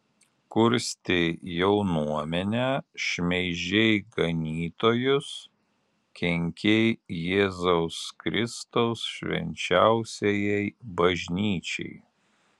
kurstei jaunuomenę šmeižei ganytojus kenkei jėzaus kristaus švenčiausiajai bažnyčiai